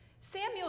Samuel